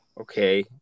Okay